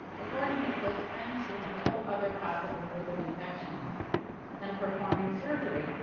according to close friends, she had no other possible route of infection than performing surgery,